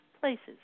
places